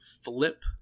flip